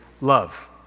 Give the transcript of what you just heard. love